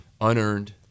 unearned